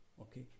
okay